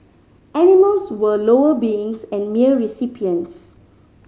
animals were lower beings and mere recipients